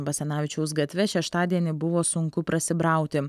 basanavičiaus gatve šeštadienį buvo sunku prasibrauti